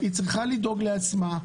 היא צריכה לדאוג לעצמה,